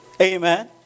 amen